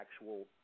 actual